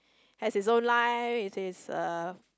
has his own life which is uh